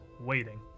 waiting